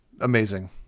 amazing